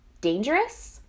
dangerous